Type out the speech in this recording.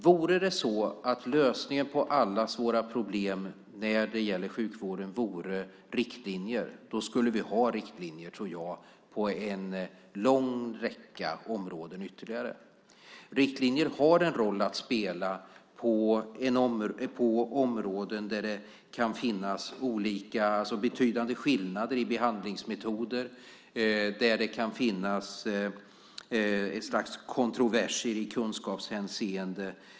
Vore det så att lösningen på allas våra problem när det gäller sjukvården vore riktlinjer skulle vi ha riktlinjer, tror jag, på ytterligare en lång räcka områden. Riktlinjer har en roll att spela på områden där det kan finnas betydande skillnader i behandlingsmetoder, där det kan finnas kontroverser i kunskapshänseende.